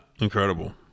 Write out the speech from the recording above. incredible